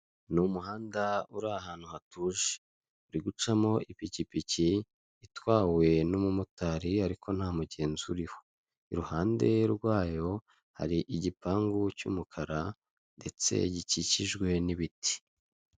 Umuhanda urimo imodoka y'ubururu itwaye amabati hari umuntu uri kuri yo modoka itwaye ibati hari moto itwaye umugenzi ndetse kuruhande rwe hepfo har' umusore ufite ikote ku rutugu ndetse hari nundi mugenzi uri kugenda muruhande rumwe n'imodoka inyuma ye hari igare hepfo hari ahantu bubatse hameze nk'ahantu bari kubaka hari ibiti by'icyatsi.